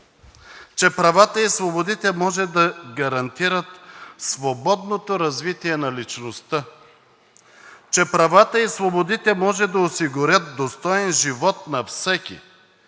че правата и свободите може да гарантират свободното развитие на личността, че правата и свободите могат да осигурят достоен живот на всеки,